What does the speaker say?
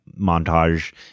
montage